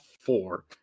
four